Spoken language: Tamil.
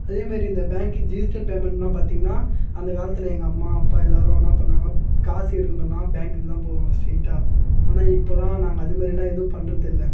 அதேமாரி இந்த பேங்கிங் டிஜிட்டல் பேமெண்ட்லாம் பார்த்திங்கன்னா அந்த காலத்தில் எங்கள் அம்மா அப்பா எல்லாரும் என்ன பண்ணாங்க காசு எடுக்கணுன்னா பேங்க்குக்கு தான் போவாங்க ஸ்டெயிட்டாக ஆனால் இப்போலாம் நாங்கள் அதுமாரிலாம் எதுவும் பண்றதில்லை